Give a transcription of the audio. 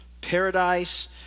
paradise